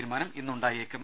തീരുമാനം ഇന്നുണ്ടായേക്കും